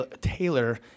Taylor